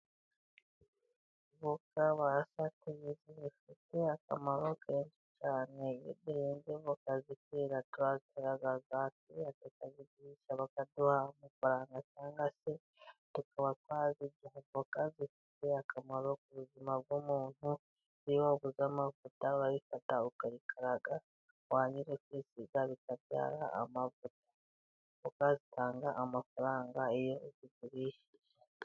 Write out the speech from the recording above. Voka zifite akamaro kenshi cyane. Iyo duhinze voka zikera, turazihanura, turazigurisha bakaduha amafaranga cyangwa se tukaba twazirya. Voka zidufitiye akamaro kanini ku buzima bw'umuntu. Iyo wabuze amavuta, urayifata ukayikaraga warangiza ukisiga bitabyara amavuta. Voka zitanga amafaranga...